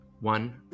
One